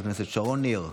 חברת הכנסת שרון ניר,